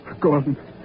Gordon